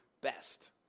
best